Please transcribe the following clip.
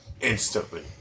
instantly